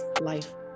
life